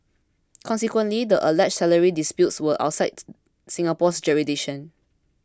consequently the alleged salary disputes were outside Singapore's jurisdiction